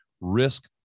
risk